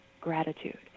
gratitude